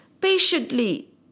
Patiently